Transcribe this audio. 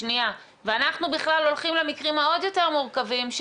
ואנחנו בכלל הולכים למקרים עוד יותר מורכבים,